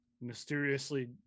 mysteriously